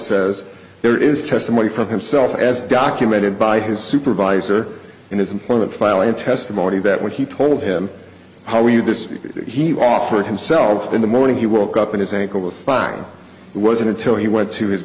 says there is testimony from himself as documented by his supervisor in his employment file in testimony that when he told him how we knew this he offered himself in the morning he woke up in his ankle was fine wasn't until he went to his